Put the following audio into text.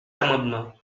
amendements